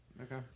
okay